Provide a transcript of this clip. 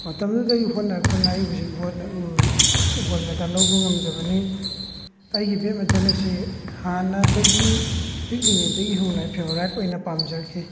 ꯃꯇꯝꯗꯨꯗ ꯑꯩ ꯍꯣꯠꯅꯔꯛꯄꯅ ꯑꯩ ꯍꯧꯖꯤꯛ ꯒꯣꯜ ꯃꯦꯗꯜ ꯂꯧꯕ ꯉꯝꯖꯕꯅꯤ ꯑꯩꯒꯤ ꯕꯦꯗꯃꯤꯟꯇꯟ ꯑꯁꯤ ꯍꯥꯟꯅꯗꯒꯤ ꯄꯤꯛꯂꯤꯉꯩꯗꯒꯤ ꯍꯧꯅ ꯐꯦꯕꯣꯔꯥꯏꯠ ꯑꯣꯏꯅ ꯄꯥꯝꯖꯔꯛꯈꯤ